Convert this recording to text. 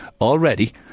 already